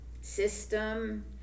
system